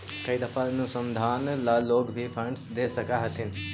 कई दफा अनुसंधान ला लोग भी फंडस दे सकअ हथीन